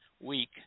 week